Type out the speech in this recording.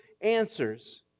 answers